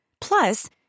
Plus